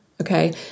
okay